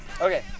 Okay